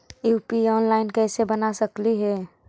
UPI online कैसे बना सकली हे?